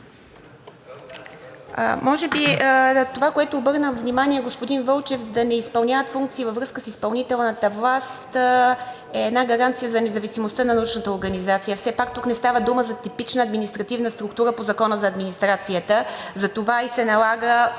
Може би това, на което обърна внимание господин Вълчев – да не изпълняват функции във връзка с изпълнителната власт, е една гаранция за независимостта на научната организация. Все пак тук не става дума за типична административна структура по Закона за администрацията, затова и се налага